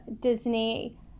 Disney